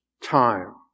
Time